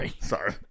Sorry